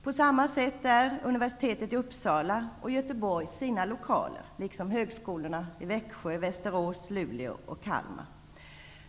På samma sätt är universiteten i Uppsala och Göteborg sina lokaler, liksom högskolorna i Växjö, Västerås, Luleå och Kalmar.